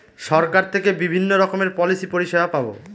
সরকার থেকে বিভিন্ন রকমের পলিসি পরিষেবা পাবো